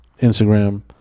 Instagram